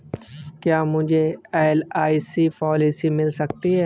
क्या मुझे LIC policy मिल सकती है?